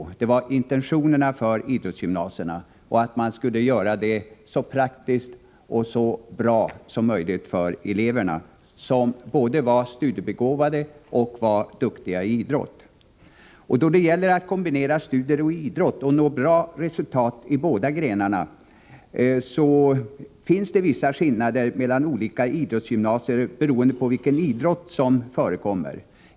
Detta var intentionerna för idrottsgymnasierna, och man skulle göra det så praktiskt och så bra som möjligt för eleverna som var både studiebegåvade och duktiga i idrott. Då det gäller att kombinera studier och idrott och nå bra resultat i båda grenarna, så finns det vissa skillnader mellan olika idrottsgymnasier, beroende på vilken idrott som förekommer.